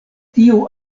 tiu